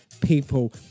people